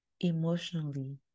emotionally